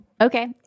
Okay